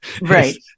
Right